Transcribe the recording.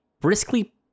briskly